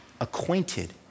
acquainted